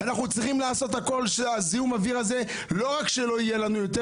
אנחנו צריכים לעשות הכול שזיהום האוויר הזה לא רק שלא יהיה לנו יותר,